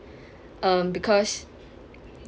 um because